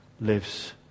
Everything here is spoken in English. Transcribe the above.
lives